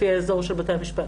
לפי האזור של בתי המשפט.